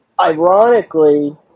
ironically